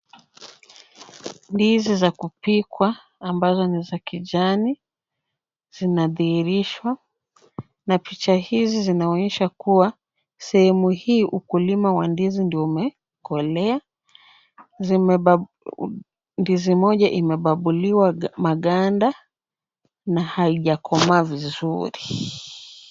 Ndizi za kupikwa ambazo ni za kijani zinadhihirishwa na picha hizi. Hii inaonyesha kuwa sehemu hii ukulima wa ndizi umekolea. Ndizi moja imebambuliwa maganda na haijakomaa vizuri.